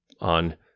on